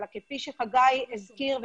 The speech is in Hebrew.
אלא כפי שחגי הזכיר,